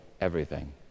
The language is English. everything